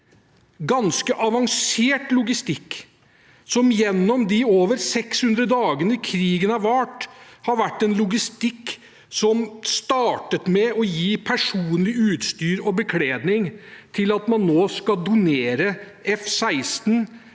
ganske avansert logistikk, som gjennom de over 600 dagene krigen har vart, har vært en logistikk som startet med å gi personlig utstyr og bekledning, til at man nå skal donere F16